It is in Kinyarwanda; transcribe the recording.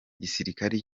gisirikare